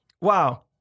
Wow